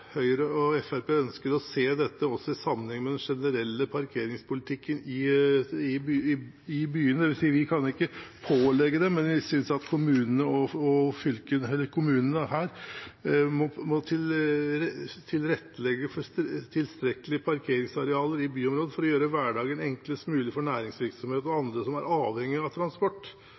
Høyre og Fremskrittspartiet ønsker å se dette også i sammenheng med den generelle parkeringspolitikken i byene. Det vil si: Vi kan ikke pålegge det, men vi synes at kommunene og fylkene – i dette tilfellet kommunene – må tilrettelegge for tilstrekkelige parkeringsarealer i byområder for å gjøre hverdagen enklest mulig for næringsvirksomhet og andre som er avhengig av transport.